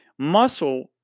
muscle